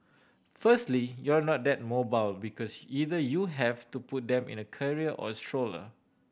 firstly you're not that mobile because either you have to put them in a carrier or a stroller